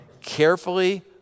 carefully